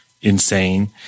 insane